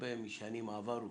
הרבה משנים עברו.